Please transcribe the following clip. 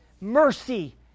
mercy